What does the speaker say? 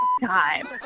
time